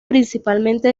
principalmente